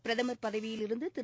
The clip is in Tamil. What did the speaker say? பிரதமர் பதவியிலிருந்து திரு